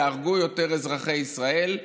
יהרגו יותר אזרחי ישראל,